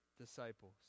disciples